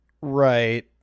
Right